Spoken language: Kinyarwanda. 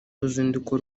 ruzinduko